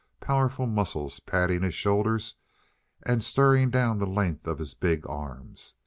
powerful muscles padding his shoulders and stirring down the length of his big arms.